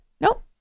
Nope